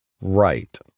right